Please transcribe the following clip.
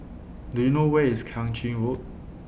Do YOU know Where IS Kang Ching Road